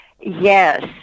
Yes